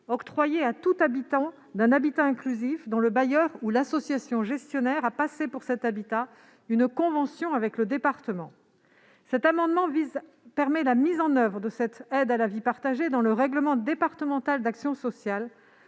octroyée à tout habitant d'un habitat inclusif dont le bailleur ou l'association gestionnaire a passé pour cet habitat une convention avec le département. Cet amendement vise à permettre la mise en oeuvre de cette aide à la vie partagée dans le règlement départemental d'action sociale